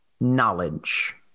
knowledge